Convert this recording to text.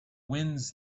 winds